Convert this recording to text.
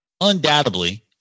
undoubtedly